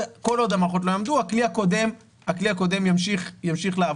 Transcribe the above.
כל עוד המערכות לא יעמדו הכלי הקודם ימשיך לעבוד.